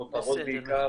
כותרות בעיקר,